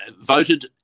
voted